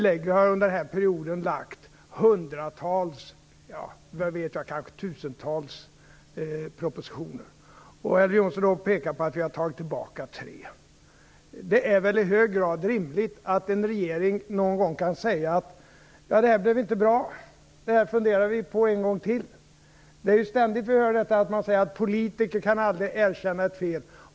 Regeringen har under denna period lagt fram hundratals, kanske tusentals, propositioner. Elver Jonsson pekar på att vi har tagit tillbaka tre. Det är väl i hög grad rimligt att en regering någon gång kan säga: Det här blev inte bra. Vi funderar på det en gång till. Ständigt får vi höra att politiker aldrig kan erkänna ett fel.